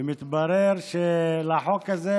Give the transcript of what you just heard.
ומתברר שלחוק הזה